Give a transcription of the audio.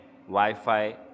Wi-Fi